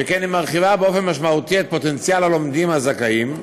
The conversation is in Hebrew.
שכן היא מרחיבה באופן משמעותי את פוטנציאל הלומדים הזכאים,